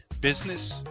business